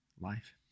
life